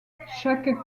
chaque